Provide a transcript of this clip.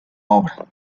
obra